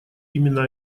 именно